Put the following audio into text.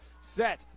set